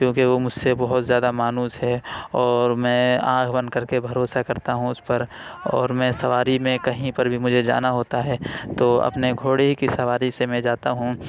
کیوں کہ وہ مجھ سے بہت زیادہ مانوس ہے اور میں آنکھ بند کر کے بھروسہ کرتا ہوں اس پر اور میں سواری میں کہیں پر بھی مجھے جانا ہوتا ہے تو اپنے گھوڑے ہی کی سواری سے میں جاتا ہوں